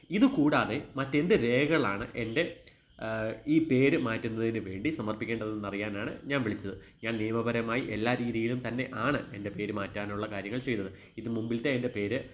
ഇത് കൂടാതെ മറ്റെന്ത് രേഖകളാണ് എൻ്റെ ഈ പേര് മാറ്റുന്നതിനുവേണ്ടി സമർപ്പിക്കേണ്ടതെന്ന് അറിയാനാണ് ഞാന് വിളിച്ചത് ഞാൻ നിയമപരമായി എല്ലാ രീതിയിലും തന്നെ ആണ് എൻ്റെ പേര് മാറ്റാനുള്ള കാര്യങ്ങൾ ചെയ്തത് ഇത് മുമ്പിലത്തെ എൻ്റെ പേര്